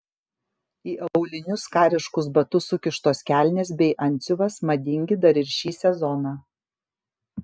į aulinius kariškus batus sukištos kelnės bei antsiuvas madingi dar ir šį sezoną